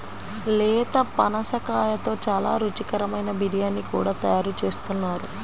లేత పనసకాయతో చాలా రుచికరమైన బిర్యానీ కూడా తయారు చేస్తున్నారు